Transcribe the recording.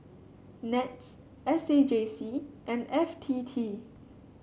NETS S A J C and F T T